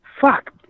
fuck